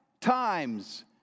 times